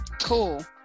cool